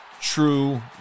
True